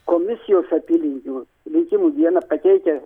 komisijos apylinkių rinkimų dieną pateikia